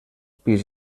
pis